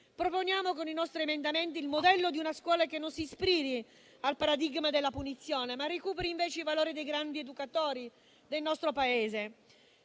positivi. Con i nostri emendamenti, proponiamo il modello di una scuola che non si ispiri al paradigma della punizione, ma recuperi invece i valori dei grandi educatori del nostro Paese.